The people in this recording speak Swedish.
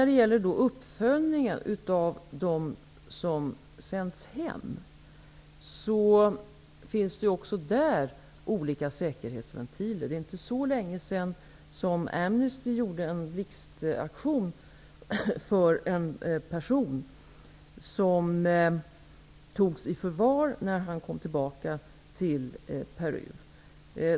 Det finns också olika säkerhetsventiler när det gäller uppföljningen av dem som har sänts hem. Det är inte så länge sedan Amnesty gjorde en blixtaktion när en person togs i förvar när han kom tillbaka till Peru.